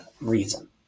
reason